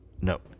No